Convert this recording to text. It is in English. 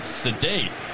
sedate